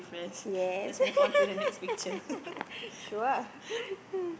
yes sure